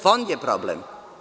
Fond je problem.